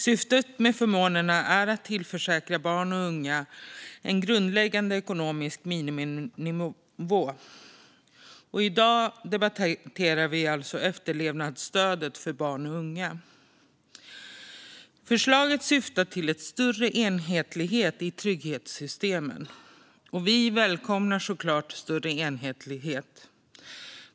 Syftet med förmånerna är att tillförsäkra barn och unga en grundläggande ekonomisk miniminivå. Nu debatterar vi alltså efterlevandestödet för barn och unga. Förslaget syftar till en större enhetlighet i trygghetssystemen. Vi välkomnar såklart större enhetlighet.